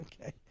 Okay